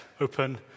open